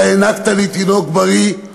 אתה הענקת לי תינוק בריא,